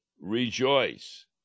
rejoice